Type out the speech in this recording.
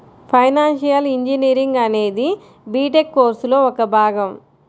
financial engineering అనేది బిటెక్ కోర్సులో ఒక భాగం